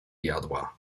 jadła